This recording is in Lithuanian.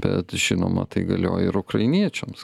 bet žinoma tai galioja ir ukrainiečiams